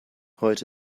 heute